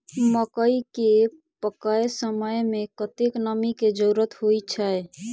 मकई केँ पकै समय मे कतेक नमी केँ जरूरत होइ छै?